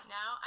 Now